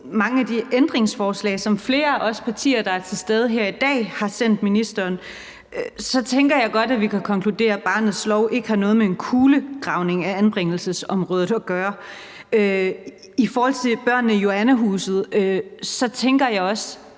mange af de ændringsforslag, som flere af os partier, der er til stede her i dag, har sendt til ministeren, så tænker jeg godt, at vi kan konkludere, at barnets lov ikke har noget med en kulegravning af anbringelsesområdet at gøre. I forhold til børnene i Joannahuset tænker jeg også